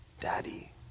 daddy